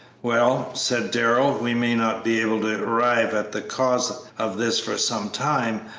well, said darrell, we may not be able to arrive at the cause of this for some time.